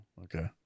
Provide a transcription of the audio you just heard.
Okay